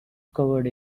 covered